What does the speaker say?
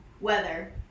Weather